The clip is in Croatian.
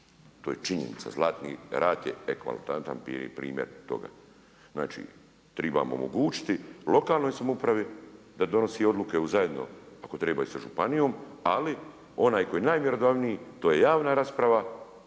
To je činjenica. Zlatni rat je eklatantan primjer toga. Znači trebamo omogućiti lokalnoj samoupravi da donosi odluke, zajedno ako treba i sa županijom ali onaj koji je najmjerodavniji, to je javna rasprava,